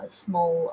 small